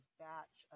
batch